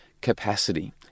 capacity